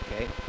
okay